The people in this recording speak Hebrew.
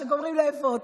כשגומרים לאפות.